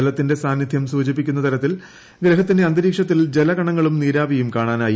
ജലത്തിന്റെ സാന്നിധ്യം ്യൂചിപ്പിക്കുന്ന തരത്തിൽ ഗ്രഹത്തിന്റെ അന്തരീക്ഷത്തിൽ ജല ക്ണങ്ങളും നീരാവിയും കാണാനായി